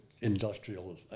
industrial